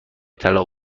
طلا